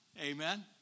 Amen